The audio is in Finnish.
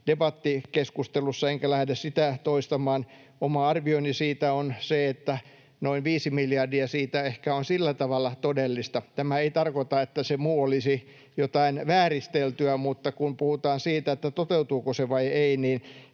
debattikeskustelussa, enkä lähde sitä toistamaan. Oma arvioni siitä on se, että noin viisi miljardia siitä ehkä on sillä tavalla todellista. Tämä ei tarkoita, että se muu olisi jotain vääristeltyä, mutta kun puhutaan siitä, toteutuuko se vai ei,